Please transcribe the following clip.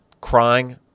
crying